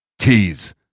Keys